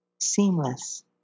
Seamless